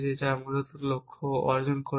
যা মূলত লক্ষ্য অর্জন করবে